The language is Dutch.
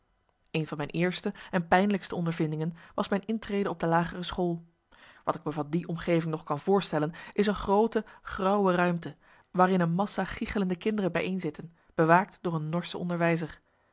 een van mijn eerste en pijnlijkste ondervindingen was mijn intrede op de lagere school wat ik me van die omgeving nog kan voorstellen is een groote grauwe ruimte waarin een massa giegelende kinderen bijeen zitten bewaakt door een norsche onderwijzer